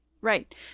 Right